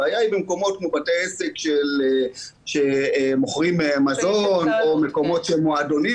הבעיה היא במקומות כמו בתי עסק שמוכרים מזון או מועדונים,